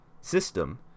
system